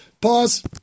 Pause